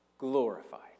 Glorified